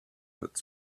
its